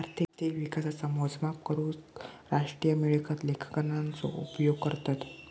अर्थिक विकासाचा मोजमाप करूक राष्ट्रीय मिळकत लेखांकनाचा उपयोग करतत